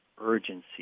urgency